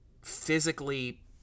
physically